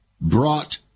brought